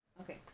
Okay